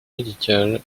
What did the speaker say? médicale